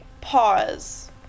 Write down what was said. Pause